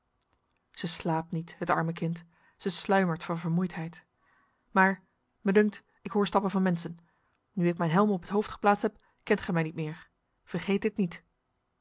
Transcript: zij slaapt niet het arm kind zij sluimert van vermoeidheid maar mij dunkt ik hoor stappen van mensen nu ik mijn helm op het hoofd geplaatst heb kent gij mij niet meer vergeet dit niet